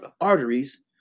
arteries